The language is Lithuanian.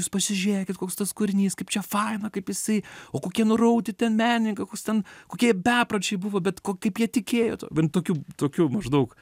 jūs pasižiūrėkit koks tas kūrinys kaip čia faina kaip jisai o kokie nurauti ten menininkai koks ten kokie bepročiai buvo bet ko kaip jie tikėjo tuo tokių tokių maždaug